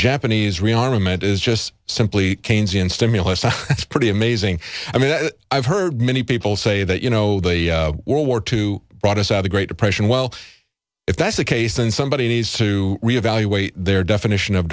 japanese rearmament is just simply keynesian stimulus and that's pretty amazing i mean i've heard many people say that you know the world war two brought us out a great depression well if that's the case and somebody needs to re evaluate their definition of